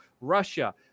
Russia